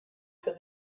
for